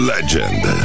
Legend